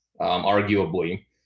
arguably